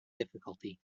difficulty